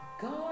God